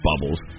bubbles